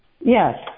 Yes